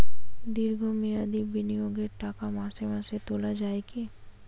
দীর্ঘ মেয়াদি বিনিয়োগের টাকা মাসে মাসে তোলা যায় কি?